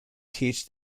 teach